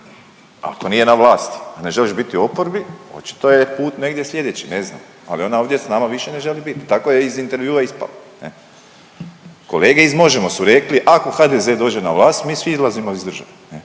ako nije na vlasti, ne želiš biti u oporbi očito je put negdje slijedeći, ne znam, ali ona ovdje s nama više ne želi biti, tako je iz intervjua ispalo, ne. Kolege iz Možemo! su rekli ako HDZ dođe na vlast mi svi izlazimo iz države